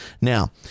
Now